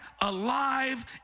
alive